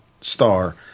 Star